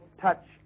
touch